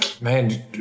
Man